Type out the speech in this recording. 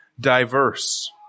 diverse